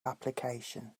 application